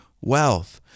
wealth